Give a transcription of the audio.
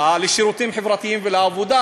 לשירותים חברתיים ולעבודה,